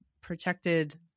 protected